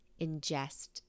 ingest